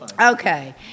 okay